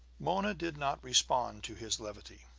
mona did not respond to his levity.